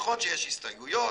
נכון שיש הסתייגויות,